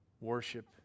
Worship